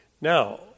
Now